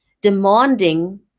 demanding